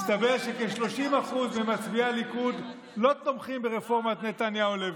מסתבר שכ-30% ממצביעי הליכוד לא תומכים ברפורמת נתניהו-לוין.